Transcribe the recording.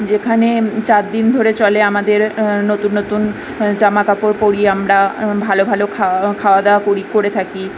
যেখানে চার দিন ধরে চলে আমাদের নতুন নতুন জামা কাপড় পরি আমরা ভালো ভালো খাওয়া দাওয়া করি করে থাকি